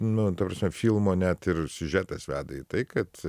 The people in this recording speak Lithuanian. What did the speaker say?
nuo viso filmo net ir siužetas veda į tai kad